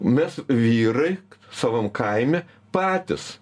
mes vyrai savam kaime patys